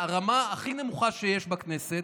הרמה הכי נמוכה שיש בכנסת,